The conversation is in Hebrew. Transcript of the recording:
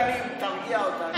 תרגיע את העניינים, תרגיע אותם.